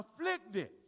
afflicted